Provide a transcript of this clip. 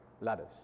ladders